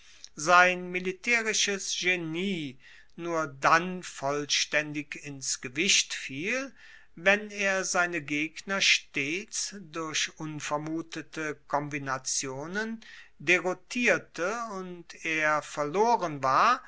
sein militaerisches genie nur dann vollstaendig ins gewicht fiel wenn er seine gegner stets durch unvermutete kombinationen deroutierte und er verloren war